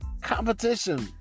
competition